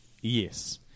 Yes